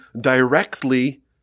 directly